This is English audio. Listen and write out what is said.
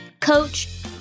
coach